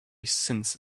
since